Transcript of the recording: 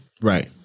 Right